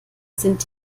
sind